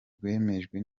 rwemejwe